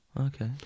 Okay